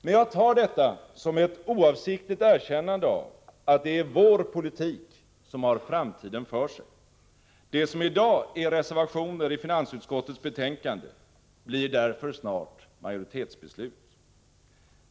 Men jag tar detta som ett oavsiktligt erkännande av att det är vår politik som har framtiden för sig. Det som i dag är reservationer i finansutskottets betänkande blir därför snart majoritetsbeslut.